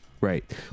Right